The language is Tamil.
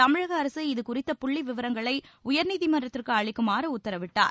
தமிழக அரசு இதுகுறித்த புள்ளி விவரங்களை உயர்நீதிமன்றத்திற்கு அளிக்குமாறு உத்தரவிட்டார்